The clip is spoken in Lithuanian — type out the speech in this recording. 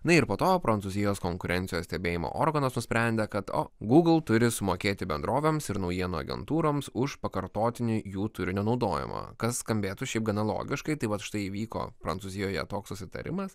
na ir po to prancūzijos konkurencijos stebėjimo organas nusprendė kad o gūgl turi sumokėti bendrovėms ir naujienų agentūroms už pakartotinį jų turinio naudojimą kas skambėtų šiaip gana logiškai tai vat štai įvyko prancūzijoje toks susitarimas